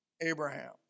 Abraham